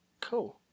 cool